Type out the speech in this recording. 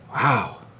Wow